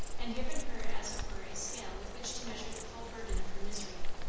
and given her as it were a scale with which to measure the full burden of her misery.